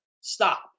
stop